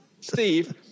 Steve